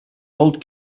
old